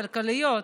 הכלכליות,